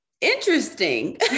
interesting